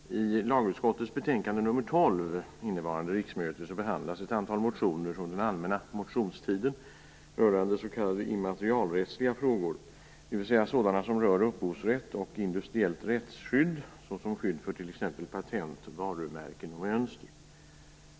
Fru talman! I lagutskottets betänkande nr 12 innevarande riksmöte behandlas ett antal motioner från den allmänna motionstiden rörande s.k. immaterialrättsliga frågor, dvs. sådana som rör upphovsrätt och industriellt rättsskydd såsom skydd för t.ex. patent, varumärken och mönster.